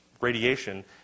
radiation